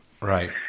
Right